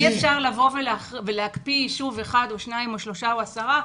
אי אפשר להקפיא יישוב אחד או שניים או שלושה או עשרה,